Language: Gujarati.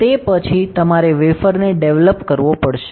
તે પછી તમારે વેફરને ડેવલપ કરવો પડશે